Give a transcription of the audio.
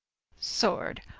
sword,